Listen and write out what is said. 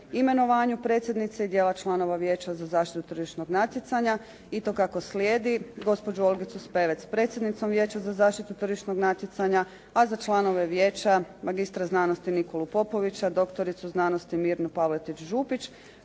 imenovanju predsjednice i dijela članova Vijeća za zaštitu tržišnog natjecanja i to kako slijedi, gospođu Olgicu Spevec predsjednicom Vijeća za zaštitu tržišnog natjecanja, a za članove vijeća magistra znanosti Nikolu Popovića, doktoricu znanosti Mirnu Pavletić Župić